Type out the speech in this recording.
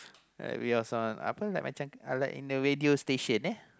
uh we was on apa like macam like in a radio station eh